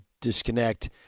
disconnect